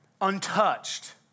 untouched